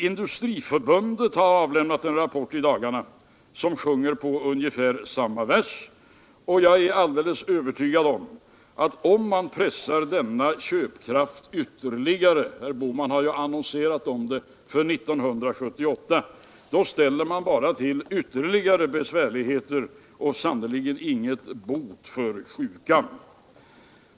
Industriförbundet har avlämnat en rapport i dagarna, som verifierar detta, och jag är helt övertygad om att man om man pressar denna köpkraft ytterligare — herr Bohman har ju annonserat om det för 1978 — bara ställer till ytterligare besvärligheter och sannerligen inte får någon bot för sjukan.